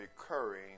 recurring